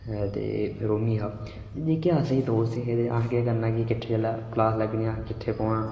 ते रोमी हा जेह्के अस दोस्त हे ते असें केह् करना कि किठ्ठे जिसलै क्लास लग्गनी असें किठ्ठे बौह्ना